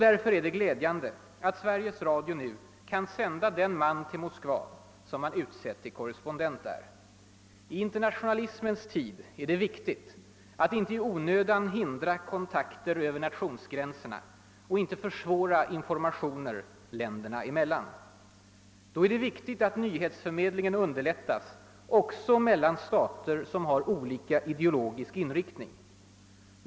Därför är det glädjande att Sveriges Radio nu tycks kunna sända den person till Moskva som man utsett till korrespondent där. I internationalismens tid är det viktigt att inte i onödan hindra kontakter över nationsgränserna eller försvåra informationer länderna emellan. Då är det viktigt att nyhetsförmedlingen underlättas också mellan stater som har olika ideologisk inriktning.